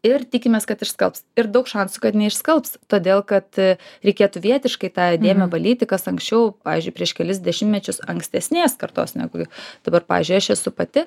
ir tikimės kad išskalbs ir daug šansų kad neišskalbs todėl kad reikėtų vietiškai tą dėmę valyti kas anksčiau pavyzdžiui prieš kelis dešimtmečius ankstesnės kartos negu dabar pavyzdžiui aš esu pati